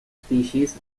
species